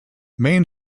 main